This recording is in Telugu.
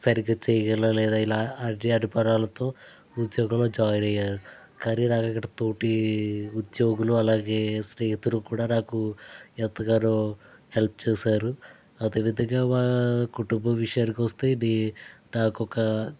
సరిగ్గా చేయగలనా లేదా ఇలా అన్నీ అనుమానాలతో ఉద్యోగంలో జాయిన్ అయ్యాను కానీ నాకు అక్కడ తోటి ఈ ఉద్యోగులు అలాగే స్నేహితులు కూడా నాకు ఎంతగానో హెల్ప్ చేశారు అదే విధంగా మా కుటుంబం విషయానికి వస్తే నాకు ఒక